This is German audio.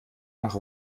nach